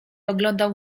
oglądał